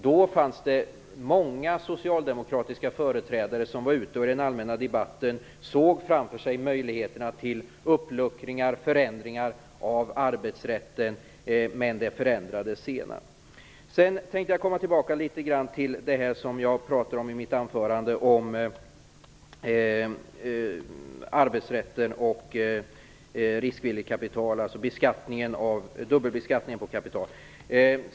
Då fanns det många företrädare för Socialdemokratin som i den allmänna debatten såg framför sig möjligheter till uppluckring av arbetsrätten, men den inställningen förändrades sedan. Jag tänkte sedan komma tillbaks till det jag pratade om i mitt anförande, dvs. arbetsrätten och riskvilligt kapital. Det gäller dubbelbeskattningen på kapital.